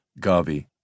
GAVI